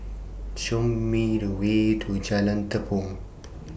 Show Me The Way to Jalan Tepong